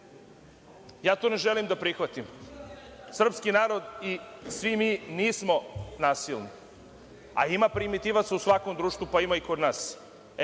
ja to ne želim da prihvatim. Srpski narod i svi mi nismo nasilni, a ima primitivaca u svakom društvu, pa ima i kod nas.